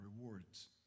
rewards